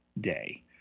day